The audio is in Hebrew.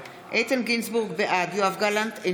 בעד יואב גלנט,